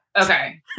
Okay